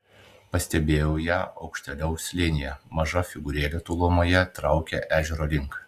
pastebėjau ją aukštėliau slėnyje maža figūrėlė tolumoje traukė ežero link